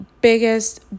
biggest